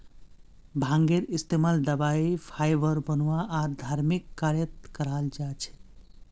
भांगेर इस्तमाल दवाई फाइबर बनव्वा आर धर्मिक कार्यत कराल जा छेक